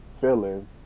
feeling